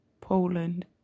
Poland